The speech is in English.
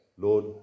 Lord